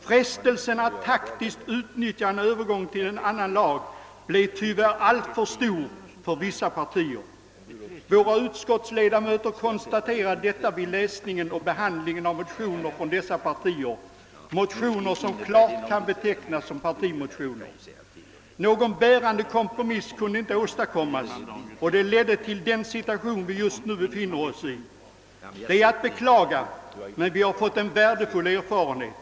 Frestelsen att taktiskt utnyttja övergången till en annan lag blev emellertid tyvärr alltför stor för vissa partier. Våra utskottsledamöter konstaterade detta vid läsningen och behandlingen av motioner från dessa partier, motioner som klart kan betecknas som partimotioner. Någon bärande kompromiss kunde då inte åstadkommas, och det ledde till den situation som vi just nu befinner oss i. Det är att beklaga, men vi har fått en värdefull erfarenhet.